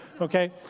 okay